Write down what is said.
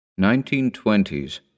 1920s